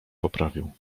poprawił